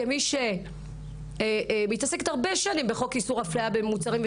כמי שמתעסקת הרבה שנים בחוק איסור הפליה במוצרים,